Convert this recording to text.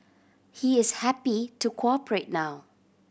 he is happy to cooperate now